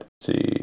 see